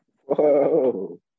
Whoa